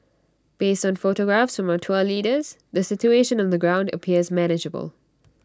based on photographs from our tour leaders the situation on the ground appears manageable